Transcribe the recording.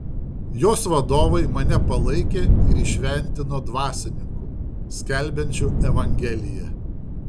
jos vadovai mane palaikė ir įšventino dvasininku skelbiančiu evangeliją